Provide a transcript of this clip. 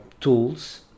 tools